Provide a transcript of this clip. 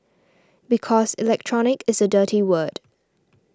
because Electronic is a dirty word